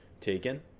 taken